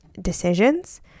decisions